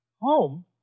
Home